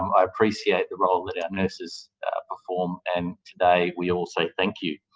um i appreciate the role that our nurses perform, and today we also thank you.